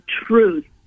truth